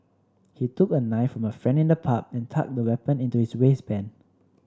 he took a knife from a friend in the pub and tucked the weapon into his waistband